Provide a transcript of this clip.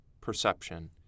perception